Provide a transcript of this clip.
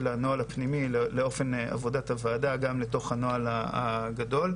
הנוהל הפנימי לאופן עבודת הוועדה גם לתוך הנוהל הגדול.